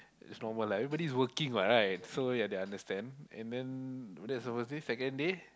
it's normal lah everybody is working what right so ya they understand and then that's the first day second day